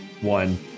one